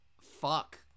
fuck